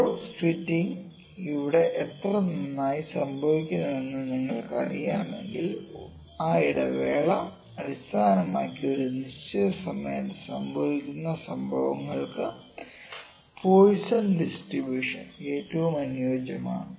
curve fitting ഇവിടെ എത്ര നന്നായി സംഭവിക്കുന്നുവെന്ന് നിങ്ങൾക്കറിയാമെങ്കിൽ ആ ഇടവേള അടിസ്ഥാനമാക്കി ഒരു നിശ്ചിത സമയത്ത് സംഭവിക്കുന്ന സംഭവങ്ങൾക്ക് പോയിസൺ ഡിസ്ട്രിബ്യൂഷൻ ഏറ്റവും അനുയോജ്യമാണ്